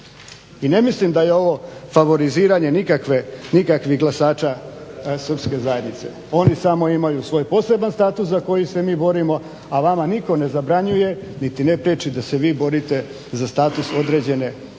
I ne mislim da je ovo favoriziranje nikakvih glasača srpske zajednice, oni samo imaju svoj poseban status za koji se mi borimo, a vama nitko ne zabranjuje niti ne priječi da se vi borite za status određene grupacije